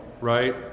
right